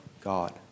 God